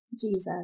Jesus